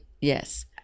Yes